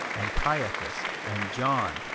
and caiaphas, and john,